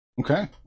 Okay